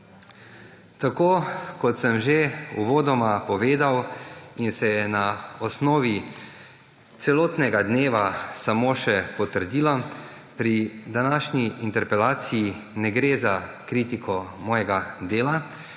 Tako kot sem že uvodoma povedal in se je na osnovi celotnega dneva samo še potrdilo, pri današnji interpelaciji ne gre za kritiko mojega dela,